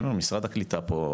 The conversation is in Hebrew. משרד הקליטה פה,